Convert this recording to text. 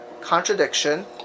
contradiction